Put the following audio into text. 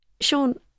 Sean